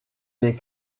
les